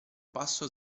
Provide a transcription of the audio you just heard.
passo